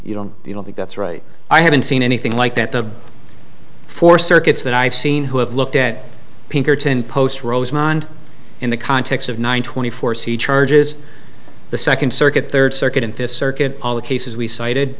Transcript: you don't you know he gets right i haven't seen anything like that the four circuits that i've seen who have looked at pinkerton post rosemond in the context of nine twenty four see charges the second circuit third circuit in this circuit all the cases we cited